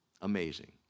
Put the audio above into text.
Amazing